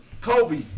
Kobe